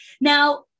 Now